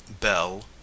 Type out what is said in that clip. bell